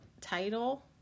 title